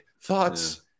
Thoughts